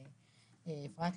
אפרת,